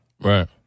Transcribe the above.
Right